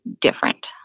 different